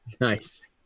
Nice